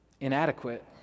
Inadequate